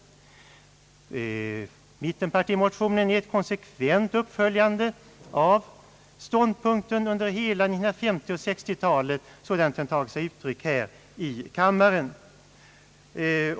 Mittenpartimotionen är ett konsekvent uppföljande av ståndpunkten under hela 1950 och 1960-talen sådan den har tagit sig uttryck här i riksdagen.